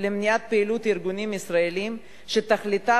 למניעת פעילות ארגונים ישראליים שתכליתה